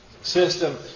system